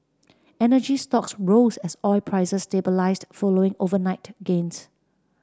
energy stocks rose as oil prices stabilised following overnight gains